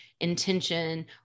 intention